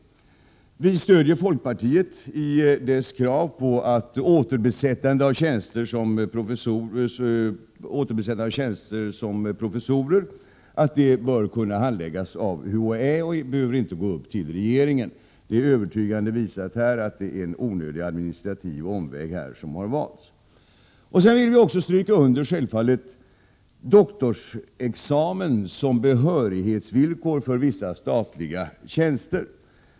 Vi stöder folkpartiet i dess krav på att återbesättande av tjänster som professorer bör kunna handläggas av UHÄ. Det behöver inte gå upp till regeringen. Man har övertygande kunnat visa att det har valts en onödig administrativ omväg. Självfallet vill vi också stryka under att doktorsexamen bör utgöra Prot. 1987/88:119 behörighetsvillkor för vissa statliga tjänster.